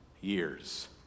years